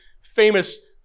famous